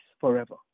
forever